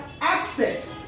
access